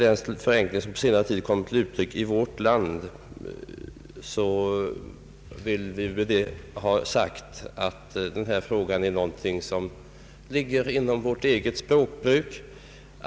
Därmed vill vi ha sagt att vi begränsar oss till vårt eget språkbruk.